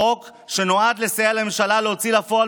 חוק שנועד לסייע לממשלה להוציא לפועל